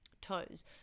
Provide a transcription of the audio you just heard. toes